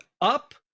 up